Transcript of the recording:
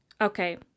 Okay